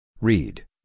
Read